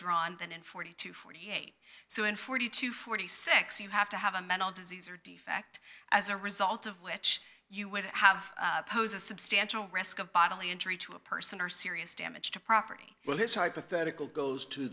drawn than in forty to forty eight so in forty to forty six you have to have a mental disease or defect as a result of which you would have posed a substantial risk of bodily injury to a person or serious damage to property well this hypothetical goes to